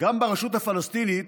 גם הרשות הפלסטינית,